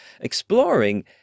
Exploring